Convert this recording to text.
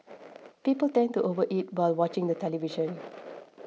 people tend to overeat while watching the television